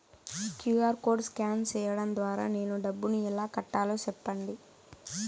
QR code scan సేయడం ద్వారా నేను డబ్బును ఎలా కట్టాలో సెప్పండి?